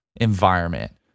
environment